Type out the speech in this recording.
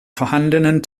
vorhandenen